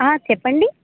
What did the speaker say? చెప్పండి